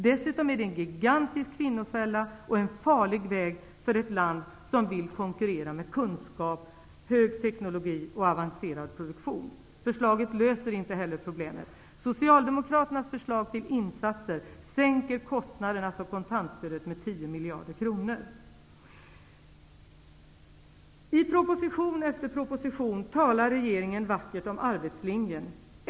Dessutom är det en gigantisk kvinnofälla och en farlig väg för ett land som vill konkurrera med kunskap, hög teknologi och avancerad produktion. Förslaget löser inte heller problemet. Socialdemokraternas förslag till insatser sänker kostnaderna för kontantstödet med 10 miljarder kronor. I proposition efter proposition talar regeringen vackert om arbetslinjen.